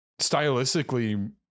stylistically